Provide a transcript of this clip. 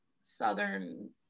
southern